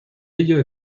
ello